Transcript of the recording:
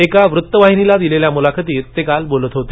एका वृत्तवाहिनीला दिलेल्या मुलाखतीत ते काल बोलत होते